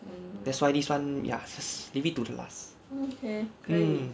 that's why this one ya leave it to the last mm